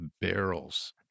barrels